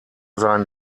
seinen